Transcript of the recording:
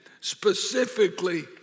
specifically